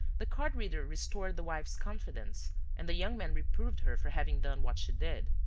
the card reader restored the wife's confidence and the young man reproved her for having done what she did.